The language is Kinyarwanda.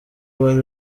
bari